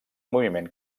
moviment